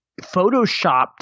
photoshopped